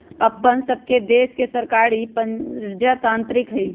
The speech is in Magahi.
अप्पन सभके देश के सरकार प्रजातान्त्रिक हइ